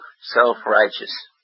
self-righteous